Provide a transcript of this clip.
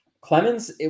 Clemens